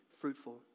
fruitful